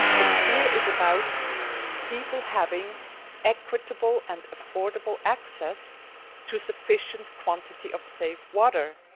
but sphere is about people having equitable and affordable access to sufficient quantity of safe water,